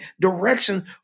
direction